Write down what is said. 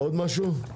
עוד משהו?